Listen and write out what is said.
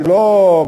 היא לא,